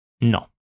No